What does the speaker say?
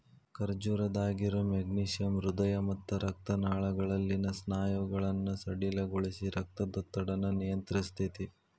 ಖರ್ಜೂರದಾಗಿರೋ magnesium ಹೃದಯ ಮತ್ತ ರಕ್ತನಾಳಗಳಲ್ಲಿನ ಸ್ನಾಯುಗಳನ್ನ ಸಡಿಲಗೊಳಿಸಿ, ರಕ್ತದೊತ್ತಡನ ನಿಯಂತ್ರಸ್ತೆತಿ